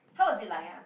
how was it like ah